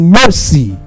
mercy